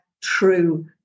true